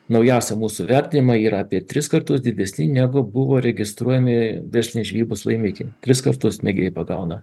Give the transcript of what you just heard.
naujausią mūsų vertinimą yra apie tris kartus didesni negu buvo registruojami verslinės žvejybos laimikiai tris kartus mėgėjai pagauna